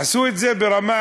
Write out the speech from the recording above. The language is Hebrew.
עשו את זה ברמה